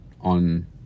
on